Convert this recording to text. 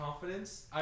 confidence